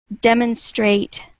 demonstrate